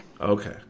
Okay